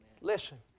Listen